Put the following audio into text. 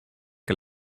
que